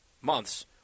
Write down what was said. months